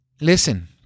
listen